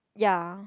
ya